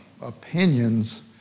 opinions